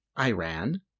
Iran